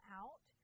out